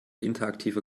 interaktiver